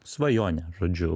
svajonė žodžiu